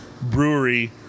Brewery